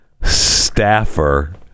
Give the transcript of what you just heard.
staffer